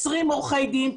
20 עורכי דין,